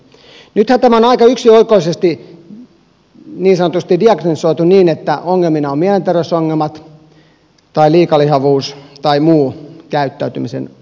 nythän tämä on aika yksioikoisesti niin sanotusti diagnosoitu niin että ongelmina ovat mielenterveysongelmat tai liikalihavuus tai muu käyttäytymisen oire